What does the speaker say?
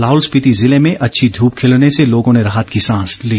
लाहौल स्पीति जिले में अच्छी धूप खिलने से लोगों ने राहत की सांस ली